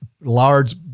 large